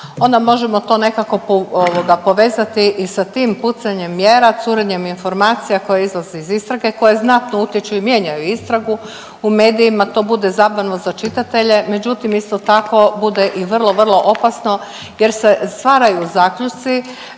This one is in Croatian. onda možemo to nekako povezati i sa tim pucanjem mjera curenjem informacija koje izlaze iz istrage koja znatno utječu i mijenjaju istragu u medijima to bude zabavno za čitatelje, međutim isto tako bude i vrlo, vrlo opasno jer se stvaraju zaključci